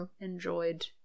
enjoyed